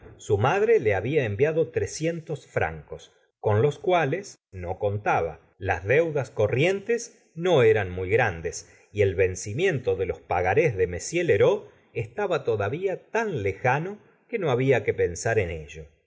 su madre le había enviado trescientos fran cos con los cuales no contaba las deudas corrientes no eran muy grandes y el vencimiento de los pagarés de m lheureux estaba todavía tan lejano que no había que pensar en ello